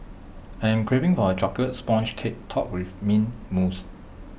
I am craving for A Chocolate Sponge Cake Topped with Mint Mousse